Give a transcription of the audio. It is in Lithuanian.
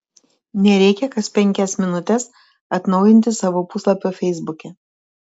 nereikia kas penkias minutes atnaujinti savo puslapio feisbuke